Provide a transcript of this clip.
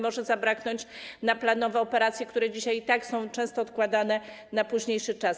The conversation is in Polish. Może zabraknąć na planowe operacje, które dzisiaj i tak są często odkładane na późniejszy czas.